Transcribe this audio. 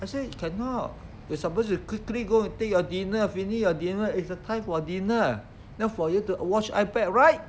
I say cannot you're supposed to quickly go and take your dinner finish your dinner it's the time for dinner not for you to watch ipad right